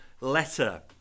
letter